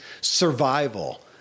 survival